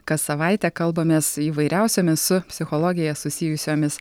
kas savaitę kalbamės įvairiausiomis su psichologija susijusiomis